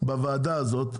בוועדה הזאת,